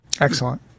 Excellent